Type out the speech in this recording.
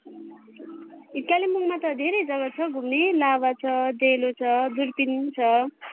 कालेम्पोङमा त धेरै जग्गा छ घुम्ने लाभा छ डेलो छ दुर्पिन छ